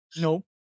No